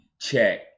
check